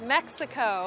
Mexico